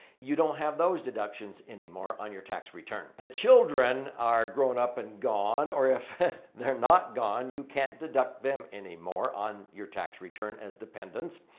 you don't have those deductions anymore on your tax return. the children are grown up and gone or if they're not gone, you can't deduct them anymore on your tax return as dependents.